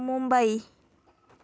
Mumbai